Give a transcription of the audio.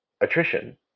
attrition